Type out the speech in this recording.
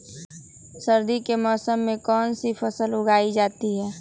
सर्दी के मौसम में कौन सी फसल उगाई जाती है?